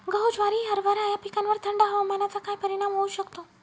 गहू, ज्वारी, हरभरा या पिकांवर थंड हवामानाचा काय परिणाम होऊ शकतो?